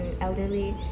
elderly